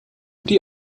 die